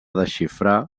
desxifrar